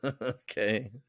Okay